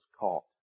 caught